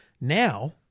now